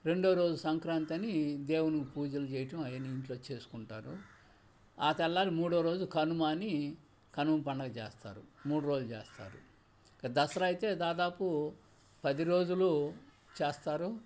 రెండవ రోజు సంక్రాంతని దేవునికి పూజలు చేయటం అవన్నీ ఇంట్లో చేసుకుంటారు ఆ తెల్లవారి మూడో రోజు కనుమ అని కనుమ పండగ చేస్తారు మూడు రోజులు చేస్తారు ఇంకా దసరా అయితే దాదాపు పది రోజులు చేస్తారు